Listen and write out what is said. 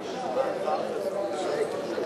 באתי משם, רק הדעות שלי הפוכות לגמרי.